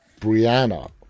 Brianna